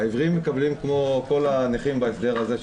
העיוורים מקבלים כמו כל הנכים בהסדר הזה.